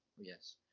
yes